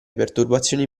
perturbazioni